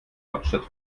hauptstadt